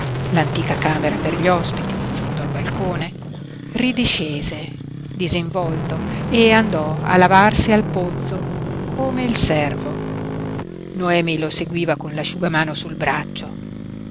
l'antica camera per gli ospiti in fondo al balcone ridiscese disinvolto e andò a lavarsi al pozzo come il servo noemi lo seguiva con l'asciugamano sul braccio